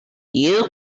you